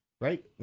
right